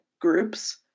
groups